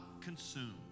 consumed